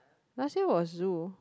last year was zoo